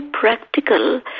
practical